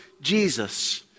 Jesus